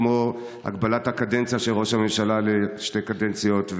כמו הגבלת הכהונה של ראש הממשלה לשתי קדנציות,